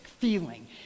feeling